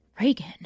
Reagan